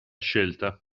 scelta